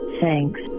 thanks